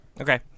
Okay